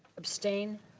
abstained?